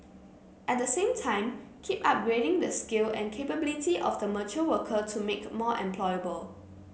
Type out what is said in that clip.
at the same time keep upgrading the skill and capability of the mature worker to make more employable